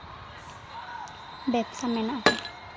ᱵᱮᱵᱥᱟ ᱢᱮᱱᱟᱜ ᱟᱠᱟᱫᱟ